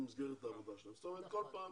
כל פעם